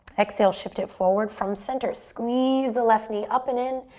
exhale, shift it forward from center. squeeze the left knee up and in,